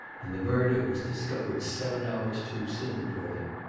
and the murder was discovered seven hours too soon for them.